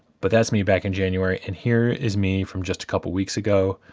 but that's me back in january, and here is me from just a couple weeks ago.